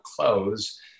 clothes